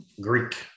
Greek